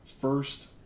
first